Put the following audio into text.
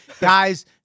guys